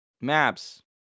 maps